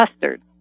custard